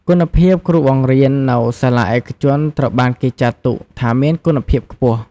គុណភាពគ្រូបង្រៀន នៅសាលាឯកជនត្រូវបានគេចាត់ទុកថាមានគុណភាពខ្ពស់។